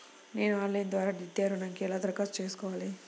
నేను ఆన్లైన్ ద్వారా విద్యా ఋణంకి ఎలా దరఖాస్తు చేసుకోవాలి?